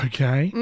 Okay